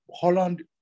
Holland